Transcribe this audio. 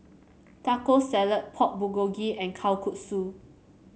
Taco Salad Pork Bulgogi and Kalguksu